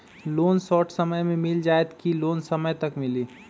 Loan short समय मे मिल जाएत कि लोन समय तक मिली?